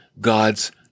God's